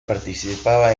participaba